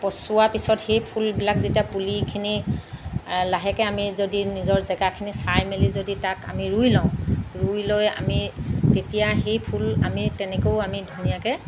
পচোৱাৰ পিছত সেই ফুলবিলাক যেতিয়া পুলিখিনি লাহেকৈ আমি যদি নিজৰ জেগাখিনি চাই মেলি যদি তাক আমি ৰুই লওঁ ৰুই লৈ আমি তেতিয়া সেই ফুল আমি তেনেকৈয়ো আমি ধুনীয়াকৈ